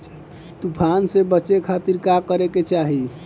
तूफान से बचे खातिर का करे के चाहीं?